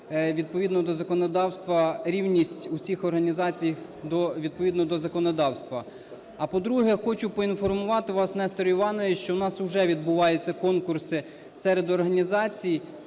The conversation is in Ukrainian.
відповідно до законодавства рівність всіх організацій відповідно до законодавства. А по-друге, я хочу поінформувати вас, Нестор Іванович, що у нас вже відбуваються конкурси серед організацій